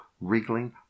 wriggling